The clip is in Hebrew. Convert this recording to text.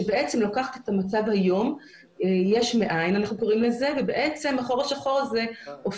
שבעצם לוקחת את המצב היום יש מאין כך אנחנו קוראים